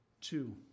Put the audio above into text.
two